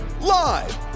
live